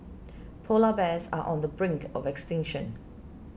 Polar Bears are on the brink of extinction